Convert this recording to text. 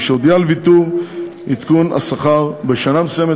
משהודיע על ויתור עדכון השכר בשנה מסוימת,